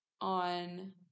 on